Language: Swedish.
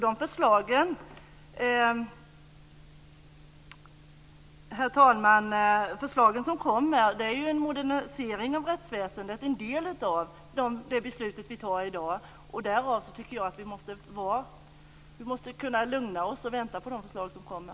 De förslag som kommer, herr talman, innebär en modernisering av rättsväsendet - alltså en del av det beslut som vi i dag fattar. Därför tycker jag att vi måste kunna lugna oss och invänta de förslag som kommer.